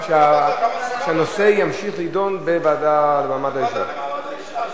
שהנושא ימשיך להידון בוועדה למעמד האשה.